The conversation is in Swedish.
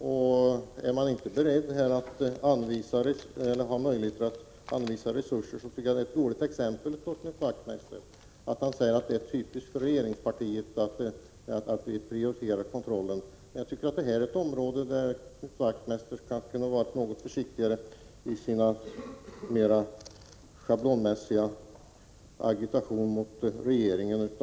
Om man inte har möjlighet att anvisa resurser härför, Knut Wachtmeister, bör man inte säga att det är typiskt för regeringspartiet att prioritera kontrollen. På detta område borde Knut Wachtmeister vara försiktigare i sin schablonmässiga agitation mot regeringspartiet.